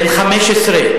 בן 15,